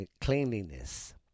cleanliness